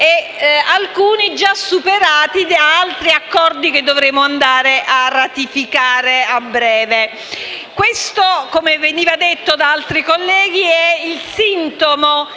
e alcuni sono già superati da altri accordi che dovremo andare a ratificare a breve. Questo, come veniva detto da altri colleghi, è il sintomo